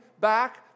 back